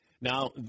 Now